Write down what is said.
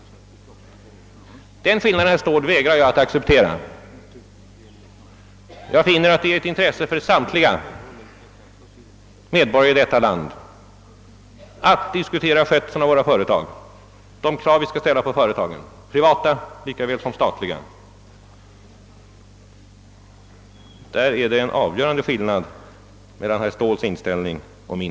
Den skillnaden, herr Ståhl, vägrar jag att acceptera. Jag finner att det är ett intresse för samtliga medborgare i detta land att diskutera skötseln av våra företag och de krav vi skall ställa på företagen, privata lika väl som statliga. Där är det en avgörande skillnad mellan herr Ståhis inställning och min.